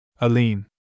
Aline